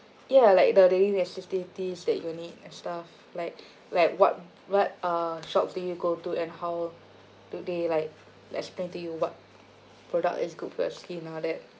ya like the daily necessities that you need and stuff like like what what are shops that you go to and how do they like like explain to you what product is good for your skin and all that